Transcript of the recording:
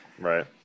right